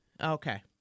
Okay